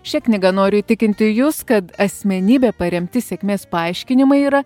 šia knyga noriu įtikinti jus kad asmenybe paremti sėkmės paaiškinimai yra